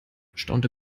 staunte